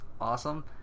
awesome